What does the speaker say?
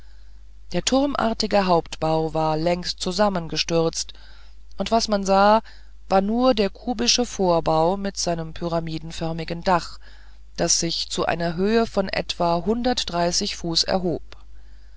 der turmartige hauptbau war längst zusammengestürzt und was man sah war nur der kubische vorbau mit seinem pyramidenförmigen dach das sich zu einer höhe von etwa hundertunddreißig fuß erhob